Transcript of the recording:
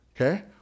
Okay